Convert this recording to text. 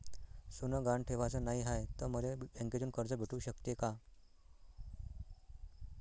सोनं गहान ठेवाच नाही हाय, त मले बँकेतून कर्ज भेटू शकते का?